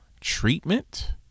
treatment